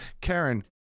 karen